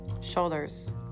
Shoulders